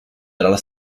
dalla